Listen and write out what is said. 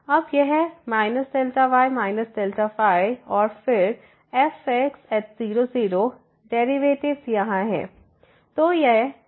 अब यह Δy Δy और फिर fx00 डेरिवेटिव्स यहाँ है